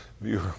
viewer